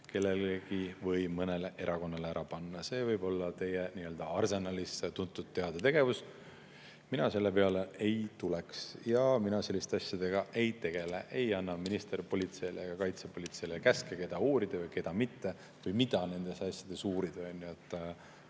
kellelegi või mõnele erakonnale ära panna. See võib olla teie nii-öelda arsenalis tuntud-teada tegevus, aga mina selle peale isegi ei tuleks ja mina selliste asjadega ei tegele. Ei anna minister politseile ja kaitsepolitseile käske, keda uurida või keda mitte, ega ütle ka, mida nendes asjades uurida. Ma pean